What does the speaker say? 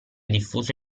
diffuso